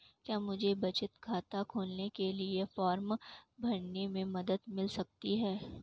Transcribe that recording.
क्या मुझे बचत खाता खोलने के लिए फॉर्म भरने में मदद मिल सकती है?